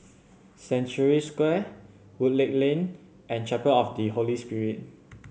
Century Square Woodleigh Lane and Chapel of the Holy Spirit